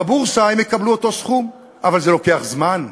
בבורסה הם יקבלו את אותו סכום, אבל זה לוקח זמן.